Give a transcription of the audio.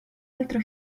altro